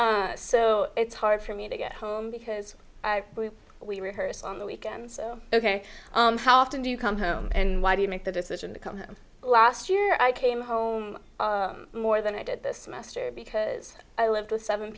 take so it's hard for me to get home because i believe we rehearse on the weekends so ok how often do you come home and why do you make the decision to come last year i came home more than i did this semester because i lived with seven